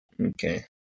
Okay